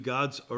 God's